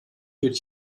führt